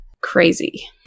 crazy